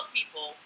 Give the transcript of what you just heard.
people